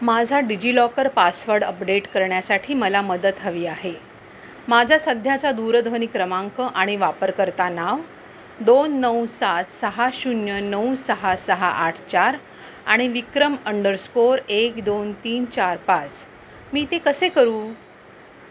माझा DigiLocker password update करण्यासाठी मला मदत हवी आहे माझा सध्याचा दूरध्वनी क्रमांक आणि वापरकर्ता नाव दोन नऊ सात सहा शून्य नऊ सहा सहा आठ चार आणि विक्रम अंडरस्कोअर एक दोन तीन चार पाच मी ते कसे करू